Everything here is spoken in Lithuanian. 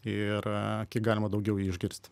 ir kiek galima daugiau jį išgirst